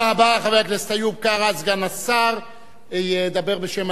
חבר הכנסת איוב קרא, סגן השר ידבר בשם הליכוד.